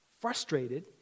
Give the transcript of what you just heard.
frustrated